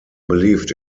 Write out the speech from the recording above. believed